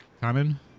common